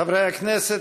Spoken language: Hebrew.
חברי הכנסת,